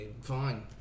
Fine